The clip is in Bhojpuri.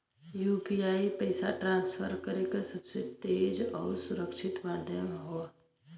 यू.पी.आई पइसा ट्रांसफर करे क सबसे तेज आउर सुरक्षित माध्यम हौ